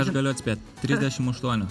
aš galiu atspėt trisdešim aštuonios